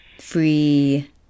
free